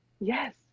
Yes